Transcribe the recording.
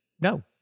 No